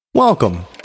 Welcome